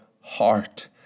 heart